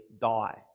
die